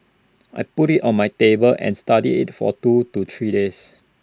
I put IT on my table and studied IT for two to three days